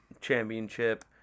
championship